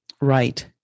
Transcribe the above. right